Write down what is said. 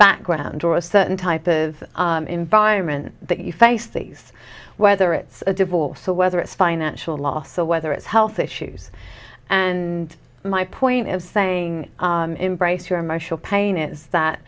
background or a certain type of environment that you face these whether it's a divorce or whether it's financial loss or whether it's health issues and my point is saying embrace your emotional pain is that